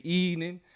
evening